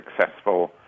successful